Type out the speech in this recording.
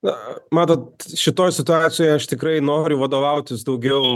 na matot šitoj situacijoj aš tikrai noriu vadovautis daugiau